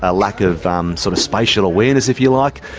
ah lack of um sort of spatial awareness, if you like.